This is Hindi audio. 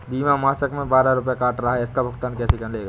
बीमा मासिक में बारह रुपय काट रहा है इसका भुगतान कैसे मिलेगा?